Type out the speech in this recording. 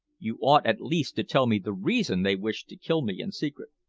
you ought at least to tell me the reason they wished to kill me in secret.